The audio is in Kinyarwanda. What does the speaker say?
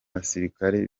basirikare